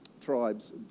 tribes